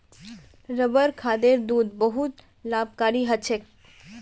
rubber गाछेर दूध बहुत लाभकारी ह छेक